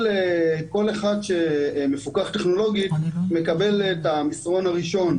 כל אחד שמפוקח טכנולוגית מקבל את המסרון הראשון,